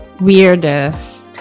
weirdest